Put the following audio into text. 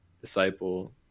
disciple